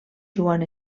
joan